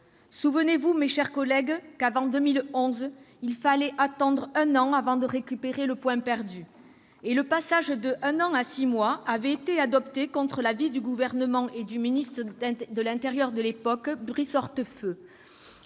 souvenez-vous que, avant 2011, il fallait attendre un an avant de récupérer le point perdu. Le passage de ce délai à six mois a été adopté contre l'avis du gouvernement et du ministre de l'intérieur de l'époque, Brice Hortefeux.